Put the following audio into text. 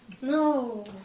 No